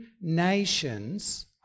nations